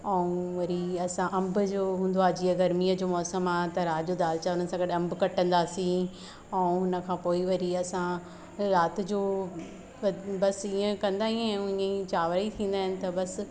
ऐं वरी असां अम्ब जो हूंदो आहे जीअं गर्मीअ जो मौसम आहे त राति जो दालि चांवलनि सां गॾ अम्ब कटंदासीं ऐं हुनखां पोइ वरी असां राति जो बसि ईअं कंदा ई आहियूं इहेई चांवर ई थींदा आहिनि त बसि